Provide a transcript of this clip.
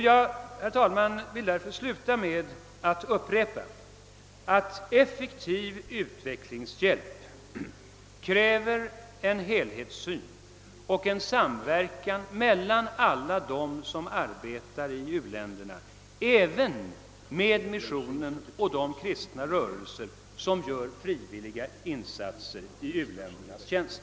Jag vill därför, herr talman, sluta med att upprepa, att effektiv utvecklingshjälp kräver en helhetssyn och en samverkan mellan alla dem som arbetar i u-länderna, även med missionen och de kristna rörelser som gör frivilliga insatser i u-ländernas tjänst.